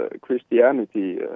Christianity